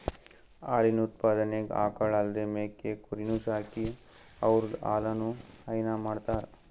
ಹಾಲಿನ್ ಉತ್ಪಾದನೆಗ್ ಆಕಳ್ ಅಲ್ದೇ ಮೇಕೆ ಕುರಿನೂ ಸಾಕಿ ಅವುದ್ರ್ ಹಾಲನು ಹೈನಾ ಮಾಡ್ತರ್